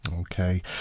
Okay